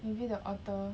maybe the otter